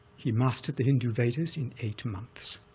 he mastered the hindu vedas in eight months,